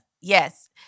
yes